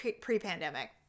pre-pandemic